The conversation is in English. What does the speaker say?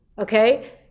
Okay